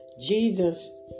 Jesus